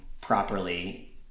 properly